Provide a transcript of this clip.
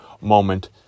moment